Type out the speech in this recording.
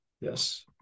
Yes